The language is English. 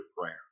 prayer